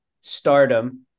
stardom